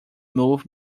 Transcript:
move